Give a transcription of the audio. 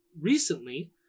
recently